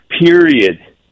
period